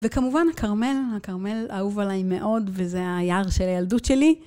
וכמובן הכרמל, הכרמל אהוב עליי מאוד, וזה היער של ילדות שלי.